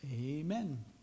amen